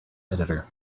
editor